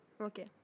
Okay